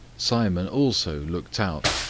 simon also looked out,